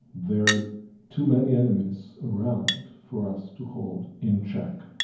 there are too many enemies around for us to hold in check.